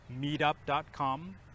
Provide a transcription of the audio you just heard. meetup.com